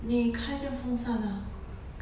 你开着电风扇 ah